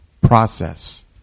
process